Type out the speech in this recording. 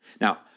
Now